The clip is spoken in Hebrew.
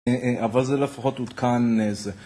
אבל זה לפחות עודכן...